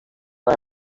aya